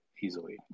easily